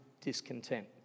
discontent